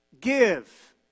give